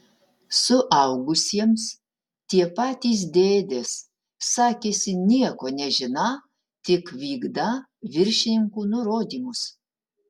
suaugusiems tie patys dėdės sakėsi nieko nežiną tik vykdą viršininkų nurodymus